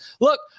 look